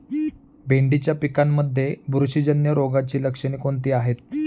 भेंडीच्या पिकांमध्ये बुरशीजन्य रोगाची लक्षणे कोणती आहेत?